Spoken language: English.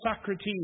Socrates